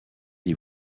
des